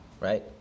right